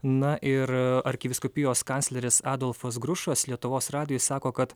na ir arkivyskupijos kancleris adolfas grušas lietuvos radijui sako kad